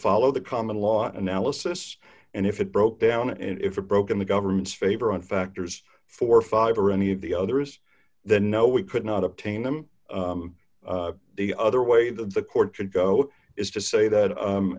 follow the common law analysis and if it broke down and if it broke in the government's favor on factors forty five or any of the others the no we could not obtain them the other way that the court should go is to say that